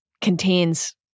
contains